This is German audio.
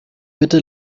bitte